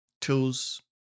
Tools